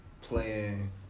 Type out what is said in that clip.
playing